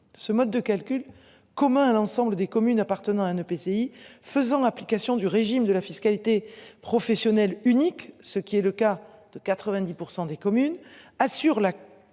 ce mode de calcul commun à l'ensemble des communes appartenant à un EPCI faisant application du régime de la fiscalité professionnelle unique, ce qui est le cas de 90% des communes assure la comparabilité